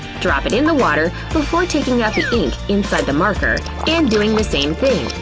drop it in the water before taking out inside the marker and doing the same thing.